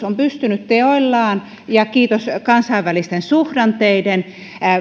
on pystynyt teoillaan ja kiitos kansainvälisten suhdanteiden